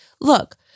look